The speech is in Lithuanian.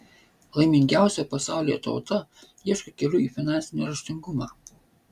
laimingiausia pasaulyje tauta ieško kelių į finansinį raštingumą